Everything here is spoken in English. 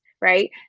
Right